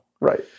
Right